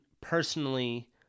personally